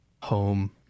home